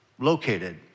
located